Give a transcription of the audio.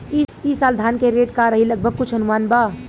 ई साल धान के रेट का रही लगभग कुछ अनुमान बा?